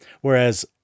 Whereas